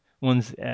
One's